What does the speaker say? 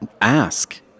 Ask